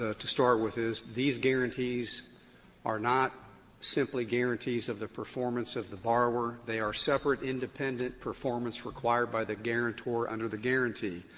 ah to start with, is these guaranties are not simply guaranties of the performance of the borrower. they are separate, independent performance required by the guarantor under the guaranty.